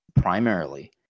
primarily